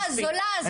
ההסתה הזולה הזאת.